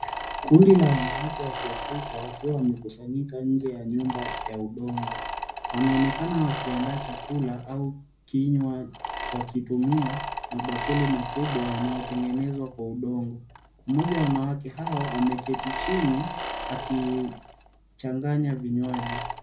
Kundi la wanawake wakiAfirka wakiwa wamekusanyika nje ya nyumba ya udongo wanaonekana wakiandaa chakula au kinywa, wakitumia mabakuli makubwa yayotengenezwa kwa udongo, mmoja wa wanawake hao ameketi chini akichanganya vinywaji.